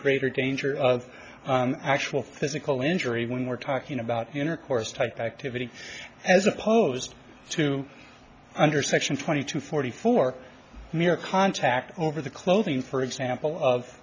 greater danger of actual physical injury when we're talking about intercourse type activity as opposed to under section twenty two forty four mirror contact over the clothing for example of